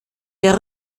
der